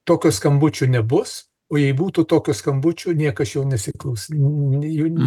tokio skambučio nebus o jei būtų tokio skambučio niekas jo nesiklausytų jam nepritartų